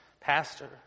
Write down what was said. pastor